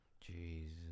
Jesus